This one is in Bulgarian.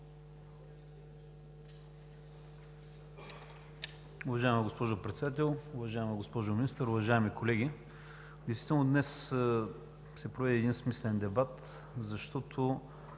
Уважаема госпожо Председател, уважаема госпожо Министър, уважаеми колеги! Действително днес се проведе един смислен дебат, защото